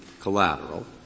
collateral